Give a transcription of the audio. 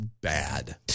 bad